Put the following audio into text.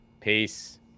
Peace